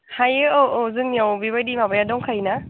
हायो औ औ जोंनियाव बेबायदि माबाया दंखायो ना